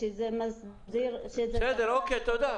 ושזה --- בסדר, תודה.